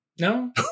No